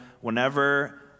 whenever